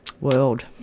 world